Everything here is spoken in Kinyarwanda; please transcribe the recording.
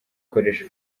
ukoresha